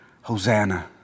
Hosanna